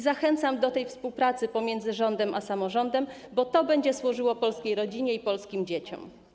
Zachęcam do tej współpracy pomiędzy rządem a samorządem, bo to będzie służyło polskiej rodzinie i polskim dzieciom.